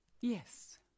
yes